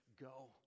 go